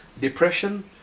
depression